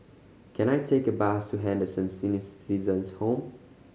can I take a bus to Henderson Senior Citizens' Home